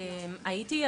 הייתי,